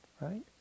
right